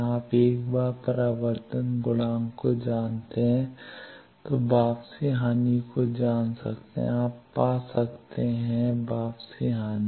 आप एक बार परावर्तन गुणांक को जानते हैं तो वापसी हानि को जान सकते हैं आप पा सकते हैं वापसी हानि